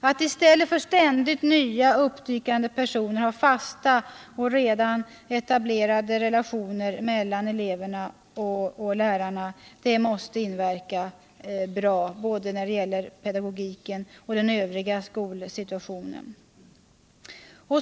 Att i stället för ständigt nya uppdykande personer ha fasta och redan etablerade relationer mellan eleverna och lärarna måste inverka positivt på både pedagogiken och den övriga skolsituationen.